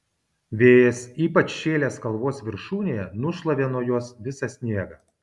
vėjas ypač šėlęs kalvos viršūnėje nušlavė nuo jos visą sniegą